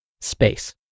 Space